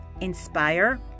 inspire